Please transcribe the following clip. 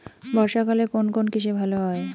বর্ষা কালে কোন কোন কৃষি ভালো হয়?